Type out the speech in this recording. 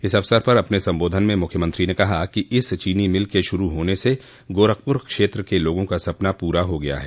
इस अवसर पर अपने संबोधन में मुख्यमंत्री ने कहा कि इस चीनी मिल के शुरू होने से गोरखपुर क्षेत्र के लोगों का सपना पूरा हो गया है